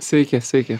sveiki sveiki